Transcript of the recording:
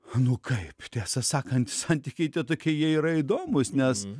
nu kaip tiesą sakant santykiai tokie jie yra įdomūs nes